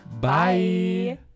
bye